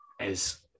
as-